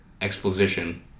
exposition